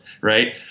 Right